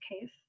case